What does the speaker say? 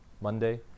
Monday